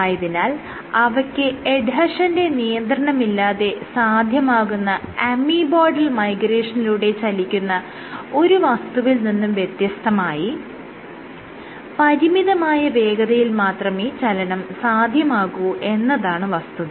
ആയതിനാൽ അവയ്ക്ക് എഡ്ഹെഷന്റെ നിയന്ത്രണമില്ലാതെ സാധ്യമാകുന്ന അമീബോയ്ഡൽ മൈഗ്രേഷനിലൂടെ ചലിക്കുന്ന ഒരു വസ്തുവിൽ നിന്നും വ്യത്യസ്തമായി പരിമിതമായ വേഗതയിൽ മാത്രമേ ചലനം സാധ്യമാകൂ എന്നതാണ് വസ്തുത